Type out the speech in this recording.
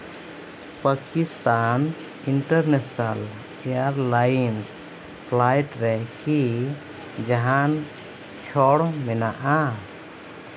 Pakistan international airlines flight ᱨᱮ ᱠᱤ ᱡᱟᱦᱟᱱ ᱪᱷᱟᱹᱲ ᱢᱮᱱᱟᱜᱼᱟ